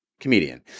Comedian